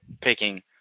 picking